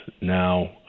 now